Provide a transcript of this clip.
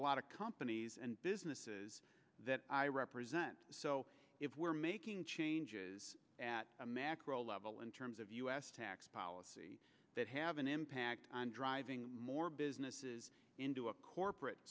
a lot of companies and businesses that i represent so if we're making changes at a macro level in terms of us tax policy that have an impact on driving more businesses into a corporate